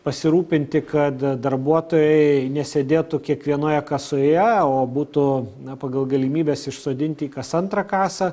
pasirūpinti kad darbuotojai nesėdėtų kiekvienoje kasoje o būtų pagal galimybes išsodinti į kas antrą kasą